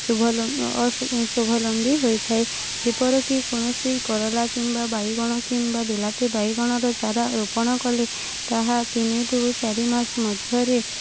ଶୁଭ ଓ ଶୁଭଲମ୍ବୀ ହୋଇଥାଏ ଯେପରିକି କୌଣସି କରଲା କିମ୍ବା ବାଇଗଣ କିମ୍ବା ବିଲାତି ବାଇଗଣର ଚାରା ରୋପଣ କଲି ତାହା ତିନିରୁ ଚାରି ମାସ ମଧ୍ୟରେ